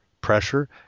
pressure